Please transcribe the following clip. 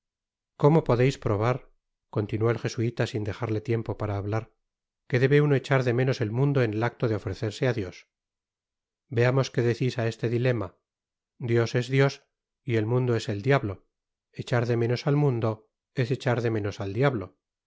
cómo podreis probar continuó el jesuita sin dejarle tiempo para hablar que debe uno echar de menos el mundo en el acto de ofrecerse á dios veamos que decis á este dilema dios es dios y el mundo es el diablo echar de meno al mundo es echar menos al diablo